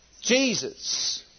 Jesus